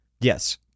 Yes